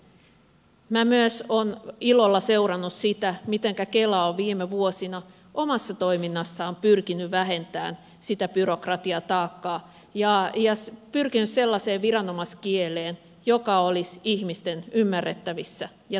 minä myös olen ilolla seurannut sitä mitenkä kela on viime vuosina omassa toiminnassaan pyrkinyt vähentämään sitä byrokratiataakkaa ja pyrkinyt sellaiseen viranomaiskieleen joka olisi ihmisten ymmärrettävissä ja tavoitettavissa